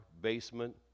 basement